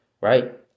right